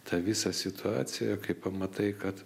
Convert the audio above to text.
tą visą situaciją kai pamatai kad